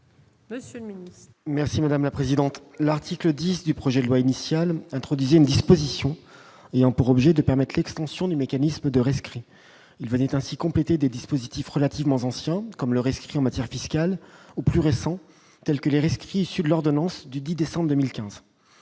Merci madame la présidente, l'article 10 du projet de loi initial introduit une disposition et ont pour objet de permettent l'extension du mécanisme de rescrit ils venaient ainsi compléter des dispositifs relativement anciens, comme le rescrit en matière fiscale ou plus récents tels que les risques sur l'ordonnance du 10 décembre 2015,